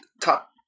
top